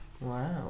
wow